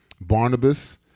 Barnabas